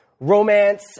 romance